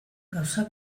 gauza